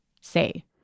say